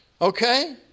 Okay